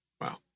Wow